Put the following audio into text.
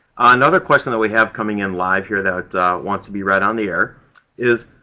another question that we have coming in live here that wants to be read on the air is,